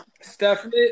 Stephanie